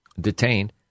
detained